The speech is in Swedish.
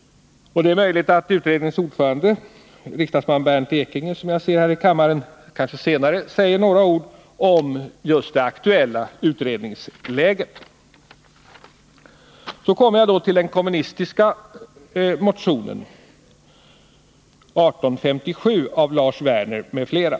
Det är möjligt att utredningens ordförande, riksdagsman Bernt Ekinge, senare säger några ord om det aktuella utredningsläget. Så kommer jag till den kommunistiska motionen 1857 av Lars Werner m.fl.